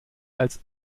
als